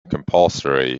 compulsory